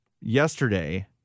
Yesterday